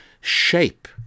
shape